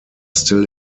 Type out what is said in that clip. still